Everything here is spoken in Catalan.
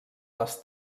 les